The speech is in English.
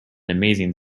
amazing